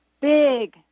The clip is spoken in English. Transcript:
big